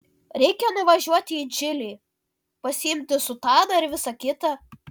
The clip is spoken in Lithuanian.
reikia nuvažiuoti į džilį pasiimti sutaną ir visa kita